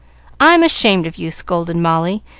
i'm ashamed of you! scolded molly,